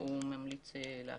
עליהם הצוות ממליץ להקים.